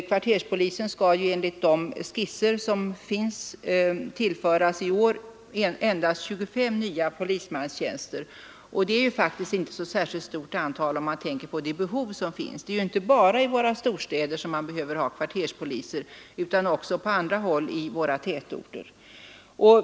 Kvarterspolisen skall ju, enligt de skisser som finns, i år endast tillföras 25 nya polismanstjänster, och det är faktiskt inte ett särskilt stort antal med tanke på det behov som föreligger. Det är ju inte bara i storstäderna man behöver ha kvarterspoliser utan också i andra tätorter.